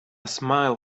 smile